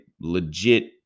legit